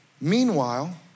Meanwhile